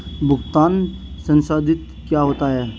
भुगतान संसाधित क्या होता है?